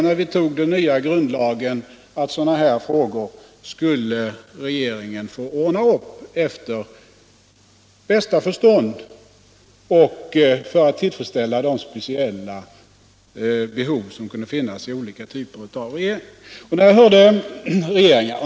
När vi tog den nya grundlagen var vi överens om att sådana här frågor skulle regeringen få ordna upp efter bästa förstånd och för att tillfredsställa de speciella behov som kunde finnas i olika typer av regering.